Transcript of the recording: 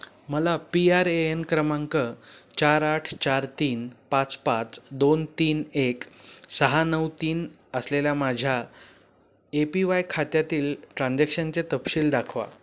मला P R A N क्रमांक चार आठ चार तीन पाच पाच दोन तीन एक सहा नऊ तीन असलेल्या माझ्या ए पी वाय खात्यातील ट्रान्झॅक्शनचे तपशील दाखवा